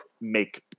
make